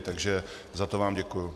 Takže za to vám děkuji.